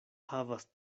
havas